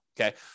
okay